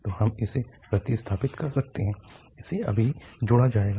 तो हम इसे प्रतिस्थापित कर सकते हैं इसे अभी जोड़ा जाएगा